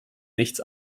nichts